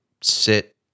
sit